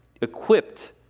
equipped